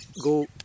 go